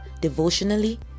devotionally